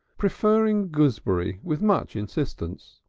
preferring gooseberry with much insistence.